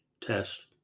test